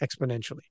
exponentially